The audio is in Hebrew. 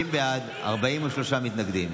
50 בעד, 43 מתנגדים.